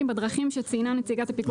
בדרכים שציינה נציגת הפיקוח על הבנקים.